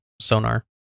Sonar